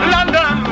London